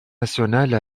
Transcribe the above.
nationale